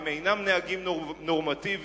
אינם נהגים נורמטיבים,